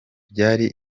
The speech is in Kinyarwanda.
byari